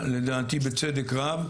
לדעתי בצדק רב,